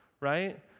right